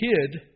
kid